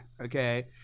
Okay